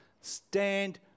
stand